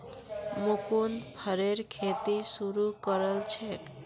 मुकुन्द फरेर खेती शुरू करल छेक